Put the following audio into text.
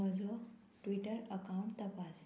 म्हजो Twitter account तपास